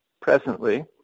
presently